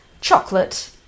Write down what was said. chocolate